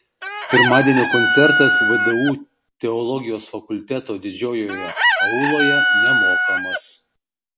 pirmadienio koncertas vdu teologijos fakulteto didžiojoje auloje nemokamas